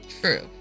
true